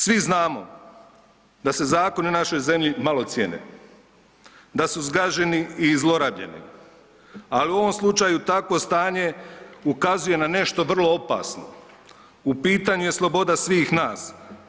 Svi znamo da se zakoni u našoj zemlji malo cijene, da su zgaženi i zlorabljeni, ali u ovom slučaju takvo stanje ukazuje na nešto vrlo opasno, u pitanju je sloboda svih nas.